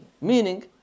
meaning